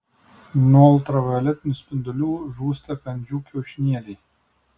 nuo ultravioletinių spindulių žūsta kandžių kiaušinėliai